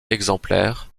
exemplaires